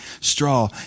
straw